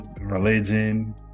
religion